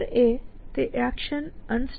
Clear તે action Unstack